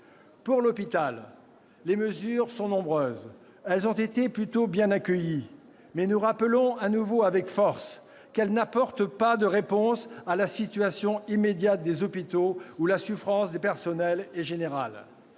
Pour l'hôpital, les mesures sont nombreuses, et elles ont été plutôt bien accueillies. Mais nous rappelons de nouveau avec force qu'elles n'apportent pas de réponse à la situation immédiate des hôpitaux dans lesquels la souffrance des personnels est générale.